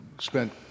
spent